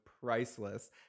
Priceless